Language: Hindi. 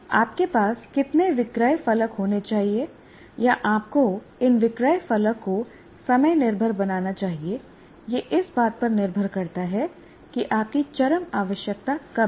आपके पास कितने विक्रय फलक होने चाहिए या आपको इन विक्रय फलक को समय निर्भर बनाना चाहिए यह इस बात पर निर्भर करता है कि आपकी चरम आवश्यकता कब है